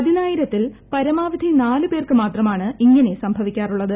പതിനായിരത്തിൽ പരമാവധി നാലു പേർക്ക് മാത്രമാണ് ഇങ്ങനെ സംഭവിക്കാറുള്ളത്